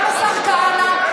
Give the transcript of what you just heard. גם השר כהנא.